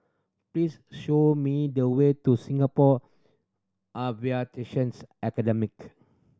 please show me the way to Singapore Aviations Academy